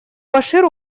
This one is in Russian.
башир